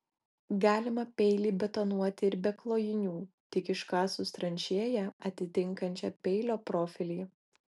galima peilį betonuoti ir be klojinių tik iškasus tranšėją atitinkančią peilio profilį